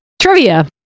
Trivia